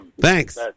Thanks